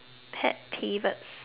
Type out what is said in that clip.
pet peeves